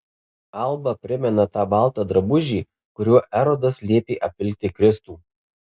alba primena tą baltą drabužį kuriuo erodas liepė apvilkti kristų